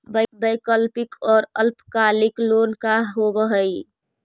वैकल्पिक और अल्पकालिक लोन का होव हइ?